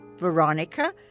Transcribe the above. Veronica